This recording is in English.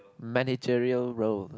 managerial role